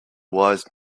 wise